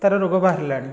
ତାର ରୋଗ ବାହାରିଲାଣି